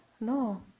No